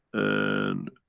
and.